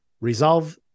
resolve